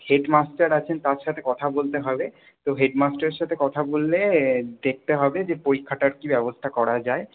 headmaster আছেন তার সাথে কথা বলতে হবে তো হেডমাস্টারের সাথে কথা বললে দেখতে হবে যে পরীক্ষাটার কী ব্যবস্থা করা যায়